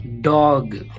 dog